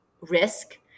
risk